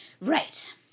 Right